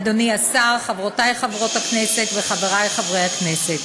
אדוני השר, חברותי חברות הכנסת וחברי חברי הכנסת,